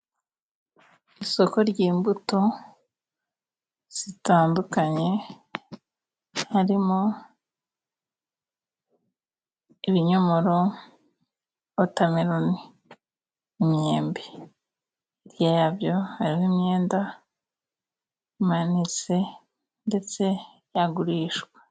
Isoko ry'imbuto zitandukanye harimo :ibinyomoro, wotameroni, imyembe. Hirya ya bwo hariho imyenda imanitse ndetse yagurishwa.